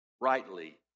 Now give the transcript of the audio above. rightly